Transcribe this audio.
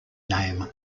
name